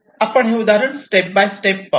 आपण हे उदाहरण स्टेप बाय स्टेप पाहू